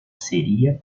seria